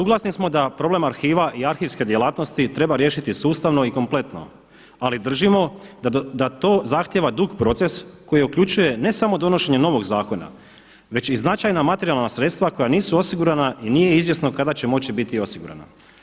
Suglasni smo da problem arhiva i arhivske djelatnosti treba riješiti sustavno i kompletno, ali držimo da to zahtijeva dug proces koji uključuje ne samo donošenje novog zakona već i značajna materijalna sredstva koja nisu osigurana i nije izvjesno kada će moći biti osigurana.